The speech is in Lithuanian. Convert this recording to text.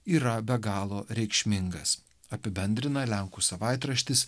yra be galo reikšmingas apibendrina lenkų savaitraštis